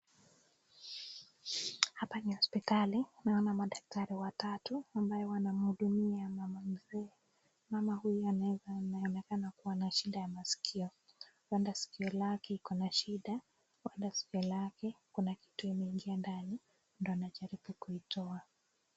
hapa ni hosipitali naona madakitari watatu ambaye wamamuhudumia mama mzee mama huyu anaonekana anashida ya maskio uenda sikio lake iko na shida, uenda sikio lake kuna kitu limeingia ndani ndio anajaribu kuitoa.